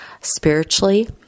Spiritually